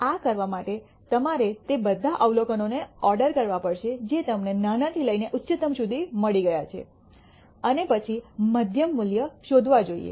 આ કરવા માટે તમારે તે બધા અવલોકનોને ઓર્ડર કરવા પડશે જે તમને નાનાથી લઈને ઉચ્ચતમ સુધી મળી ગયા છે અને પછી મધ્યમ મૂલ્ય શોધવા જોઈએ